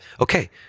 okay